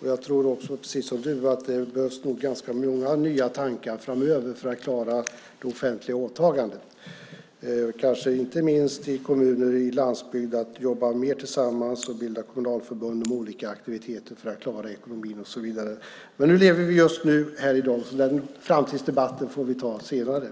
Jag tror, precis som du, att det behövs ganska många nya tankar framöver för att klara de offentliga åtagandena. Det gäller inte minst för kommuner i landsbygden att jobba mer tillsammans, att bilda kommunförbund för olika aktiviteter för att klara ekonomin och så vidare. Men vi lever just nu, här i dag. Den framtidsdebatten får vi ta senare.